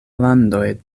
landoj